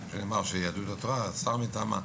נאמר יהדות התורה או שר מטעמה,